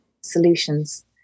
solutions